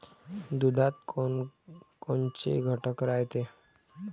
दुधात कोनकोनचे घटक रायते?